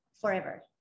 forever